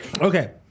okay